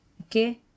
okay